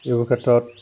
এইবোৰ ক্ষেত্ৰত